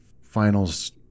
finals